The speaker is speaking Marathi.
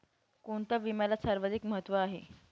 कोणता विम्याला सर्वाधिक महत्व आहे?